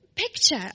picture